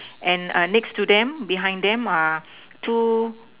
and err next to them behind them are two